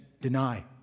deny